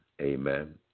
Amen